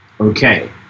Okay